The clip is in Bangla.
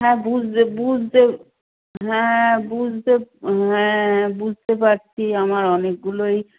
হ্যাঁ বুঝতে বুঝতে হ্যাঁ বুঝতে হ্যাঁ বুঝতে পারছি আমার অনেকগুলোই